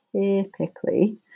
typically